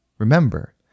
Remember